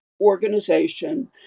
organization